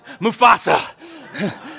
Mufasa